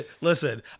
Listen